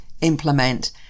implement